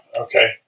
Okay